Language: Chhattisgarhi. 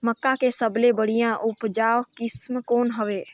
मक्का के सबले बढ़िया उपजाऊ किसम कौन हवय?